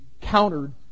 countered